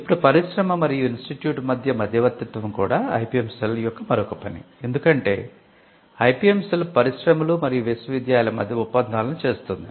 ఇప్పుడు పరిశ్రమ మరియు ఇన్స్టిట్యూట్ మధ్య మధ్యవర్తిత్వం కూడా ఐపిఎం సెల్ పరిశ్రమలు మరియు విశ్వవిద్యాలయాల మధ్య ఒప్పందాలను చేస్తుంది